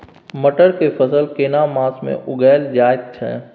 मटर के फसल केना मास में उगायल जायत छै?